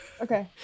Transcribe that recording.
Okay